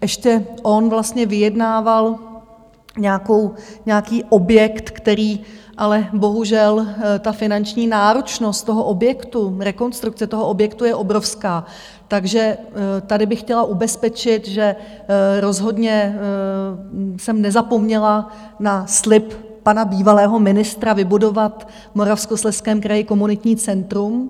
Ještě on vlastně vyjednával nějaký objekt, který ale... bohužel ta finanční náročnost toho objektu, rekonstrukce toho objektu je obrovská, takže tady bych chtěla ubezpečit, že rozhodně jsem nezapomněla na slib pana bývalého ministra vybudovat v Moravskoslezském kraji komunitní centrum.